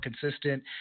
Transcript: consistent